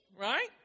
right